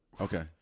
Okay